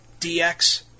DX